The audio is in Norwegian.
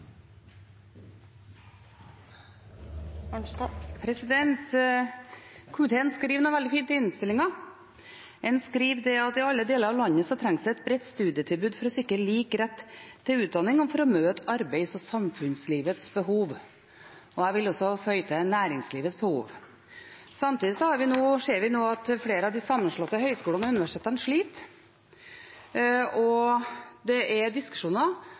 Komiteen skriver noe veldig fint i innstillingen. En skriver: «I alle deler av landet trengs et bredt studietilbud for å sikre lik rett til utdanning og møte arbeids- og samfunnslivets behov.» Jeg vil også føye til næringslivets behov. Samtidig ser vi nå at flere av de sammenslåtte høyskolene og universitetene sliter, og det er diskusjoner